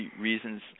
reasons